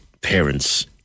parents